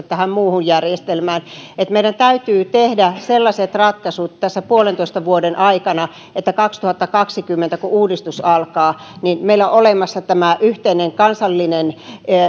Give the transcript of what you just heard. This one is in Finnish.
tähän muuhun järjestelmään meidän täytyy tehdä sellaiset ratkaisut tässä puolentoista vuoden aikana että kaksituhattakaksikymmentä kun uudistus alkaa meillä on olemassa tämä yhteinen kansallinen